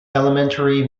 elementary